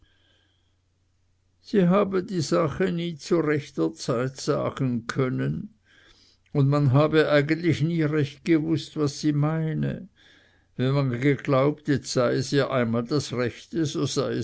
sie habe die sache nie zu rechter zeit sagen können und man habe eigentlich nie recht gewußt was sie meine wenn man geglaubt jetzt sei es ihr einmal das rechte so